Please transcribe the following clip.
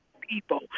people